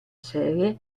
serie